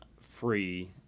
free